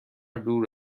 دور